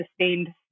sustained